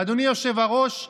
אדוני היושב-ראש,